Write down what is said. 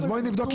אז בואי נבדוק,